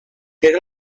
era